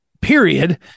period